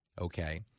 okay